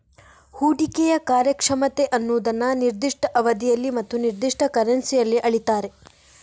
ಹೂಡಿಕೆಯ ಕಾರ್ಯಕ್ಷಮತೆ ಅನ್ನುದನ್ನ ನಿರ್ದಿಷ್ಟ ಅವಧಿಯಲ್ಲಿ ಮತ್ತು ನಿರ್ದಿಷ್ಟ ಕರೆನ್ಸಿಯಲ್ಲಿ ಅಳೀತಾರೆ